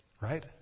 Right